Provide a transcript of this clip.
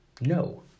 No